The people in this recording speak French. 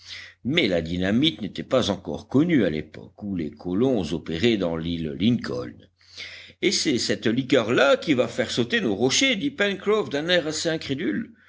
mais la dynamite n'était pas encore connue à l'époque où les colons opéraient dans l'île lincoln et c'est cette liqueur là qui va faire sauter nos rochers dit pencroff d'un air assez incrédule